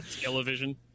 television